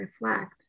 reflect